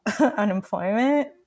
unemployment